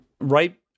right